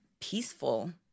peaceful